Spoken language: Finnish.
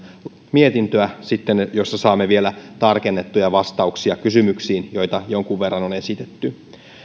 mietintöä jossa saamme vielä tarkennettuja vastauksia kysymyksiin joita jonkun verran on esitetty